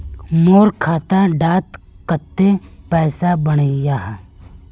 मोर खाता डात कत्ते पैसा बढ़ियाहा?